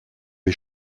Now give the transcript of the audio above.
les